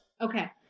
Okay